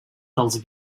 dels